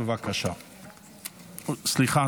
גברתי,